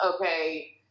okay